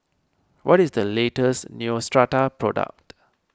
what is the latest Neostrata product